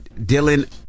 Dylan